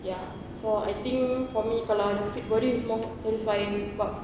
ya so I think for me kalau ada fit body is more satisfying sebab